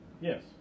Yes